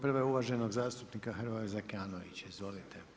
Prva je uvaženog zastupnika Hrvoja Zekanovića, izvolite.